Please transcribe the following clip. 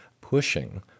pushing